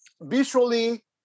Visually